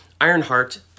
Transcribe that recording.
Ironheart